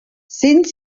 sind